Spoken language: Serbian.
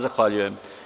Zahvaljujem.